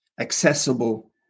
accessible